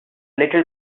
little